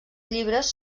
llibres